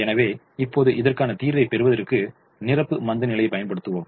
எனவே இப்போது இதற்கான தீர்வைப் பெறுவதற்கு நிரப்பு மந்தநிலையைப் பயன்படுத்துவோம்